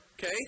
Okay